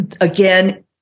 again